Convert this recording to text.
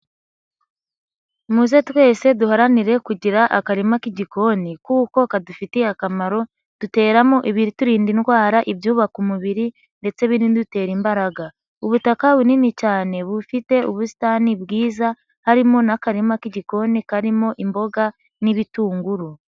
Muze twese duharanire kugira akarima k'igikoni kuko kadufitiye akamaro, duteramo ibiturinda indwara, ibyubaka umubiri ndetse binadutera imbaraga. Ubutaka bunini cyane bufite ubusitani bwiza, harimo n'akarima k'igikoni karimo imboga n'ibitunguru.